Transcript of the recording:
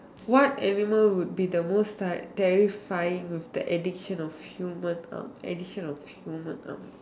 what animal would be the most terr~ terrifying with the addiction of human arm addition of human arm